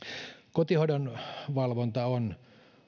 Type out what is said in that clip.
kotihoidon valvonta on